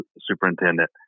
superintendent